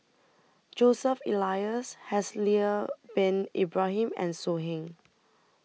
Joseph Elias Haslir Bin Ibrahim and So Heng